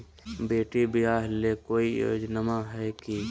बेटी ब्याह ले कोई योजनमा हय की?